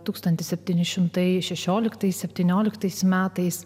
tūkstantis septyni šimtai šešliokitais septynioliktais metais